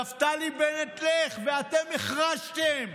"נפתלי בנט, לך", ואתם החרשתם.